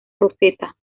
roseta